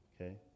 okay